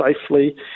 safely